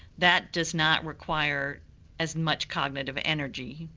that does not require as much cognitive energy,